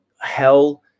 hell